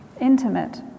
intimate